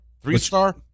three-star